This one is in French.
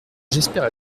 j’espère